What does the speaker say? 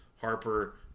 Harper